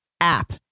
app